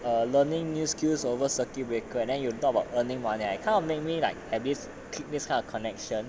err learning new skills over circuit breaker and then you talk about earning money I kind of make me like have this this kind of connection